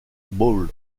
bowl